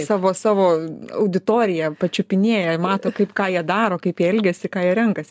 savo savo auditoriją pačiupinėja mato kaip ką jie daro kaip jie elgiasi ką jie renkas